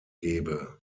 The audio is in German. gebe